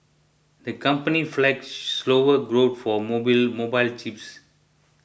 the company flagged slower growth for mobile chips